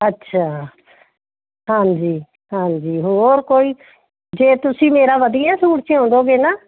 ਅੱਛਾ ਹਾਂਜੀ ਹਾਂਜੀ ਹੋਰ ਕੋਈ ਜੇ ਤੁਸੀਂ ਮੇਰਾ ਵਧੀਆ ਸੂਟ ਸਿਓ ਦਿਓਗੇ ਨਾ